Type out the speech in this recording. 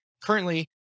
Currently